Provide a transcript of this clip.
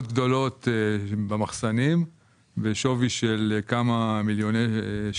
גדולות בשווי של כמה מיליוני שקלים.